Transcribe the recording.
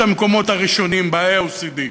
את המקומות הראשונים ב-OECD.